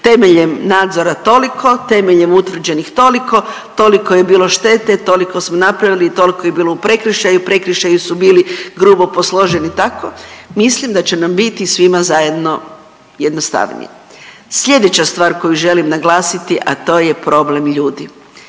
temeljem nadzora toliko, temelj utvrđenih toliko, toliko je bilo štete, toliko smo napravili i toliko je bilo u prekršaju. U prekršaju su bili grubo posloženi tako. Mislim da će nam biti svima zajedno jednostavnije. Sljedeća stvar koju želim naglasiti a to je problem ljudi.